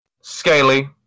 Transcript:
Scaly